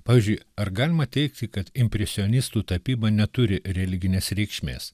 pavyzdžiui ar galima teigti kad impresionistų tapyba neturi religinės reikšmės